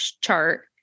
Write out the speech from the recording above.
chart